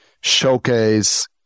showcase